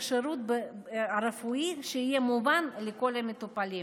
השירות הרפואי שיהיה מובן לכל המטופלים.